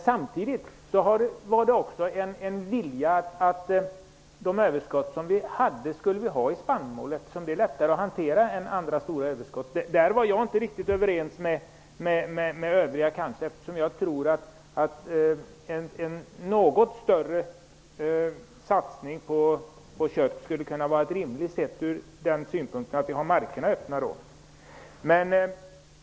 Samtidigt fanns det en vilja att överskotten skulle bestå av spannmål, eftersom det är lättare att hantera än andra stora överskott. Jag var inte riktigt överens med de övriga. Jag tror att det skulle vara rimligt med en något större satsning på kött, eftersom markerna då skulle hållas öppna.